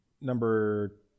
Number